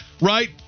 right